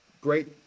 great